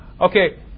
Okay